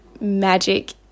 magic